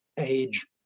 Age